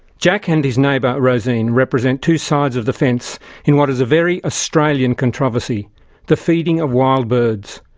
jack and his neighbour rosine represent two sides of the fence in what is a very australian controversy the feeding of wild birds.